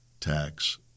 tax